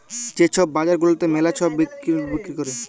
যে ছব বাজার গুলাতে ম্যালা ছব বল্ড বিক্কিরি ক্যরে